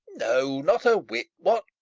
no, not a whit what!